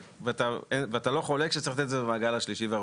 ואתה לא חולק שאנחנו צריכים לתת את זה במעגל השלישי והרביעי.